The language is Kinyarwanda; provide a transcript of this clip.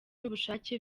n’ubushake